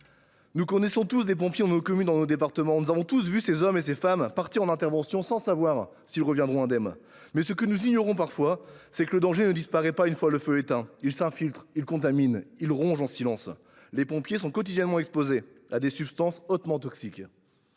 Nous connaissons tous des pompiers dans nos communes, dans nos départements. Nous avons tous vu ces hommes et ces femmes partir en intervention sans savoir s’ils reviendront indemnes. Mais ce que nous ignorons parfois, c’est que le danger ne disparaît pas une fois le feu éteint : il s’infiltre, il contamine, il ronge en silence. Les pompiers sont quotidiennement exposés à des substances hautement toxiques.